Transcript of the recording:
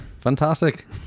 Fantastic